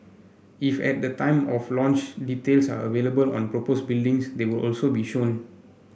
if at the time of launch details are available on propose buildings they will also be shown